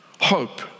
hope